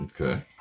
Okay